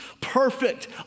perfect